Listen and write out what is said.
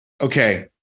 okay